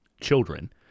children